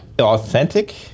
authentic